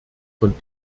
von